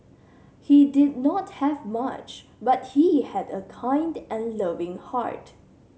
he did not have much but he had a kind and loving heart